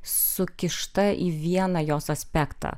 sukišta į vieną jos aspektą